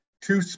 two